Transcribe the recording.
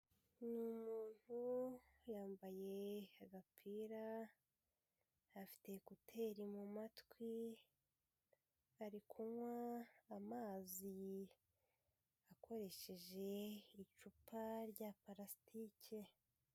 Ni umuntu yambaye agapira, afite ekuteri mu matwi, ari kunywa amazi akoresheje icupa rya parasitike.